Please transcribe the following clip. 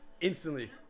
instantly